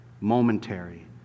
momentary